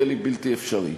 יהיה לי בלתי אפשרי.